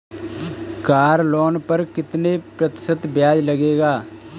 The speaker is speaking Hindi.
कार लोन पर कितने प्रतिशत ब्याज लगेगा?